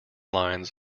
lines